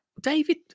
David